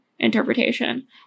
interpretation